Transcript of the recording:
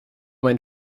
mein